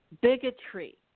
bigotry